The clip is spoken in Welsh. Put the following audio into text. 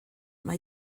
mae